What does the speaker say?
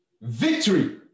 victory